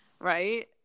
right